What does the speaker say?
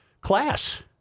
class